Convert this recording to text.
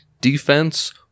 defense